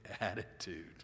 attitude